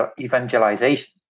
evangelization